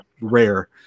rare